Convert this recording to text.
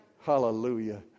Hallelujah